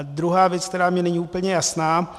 Druhá věc, která mně není úplně jasná.